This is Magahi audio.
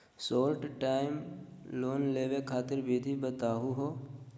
शार्ट टर्म लोन लेवे खातीर विधि बताहु हो?